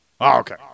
Okay